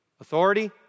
Authority